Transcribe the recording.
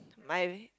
my